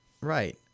Right